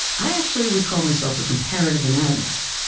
i actually would call myself a comparative anatomist.